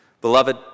Beloved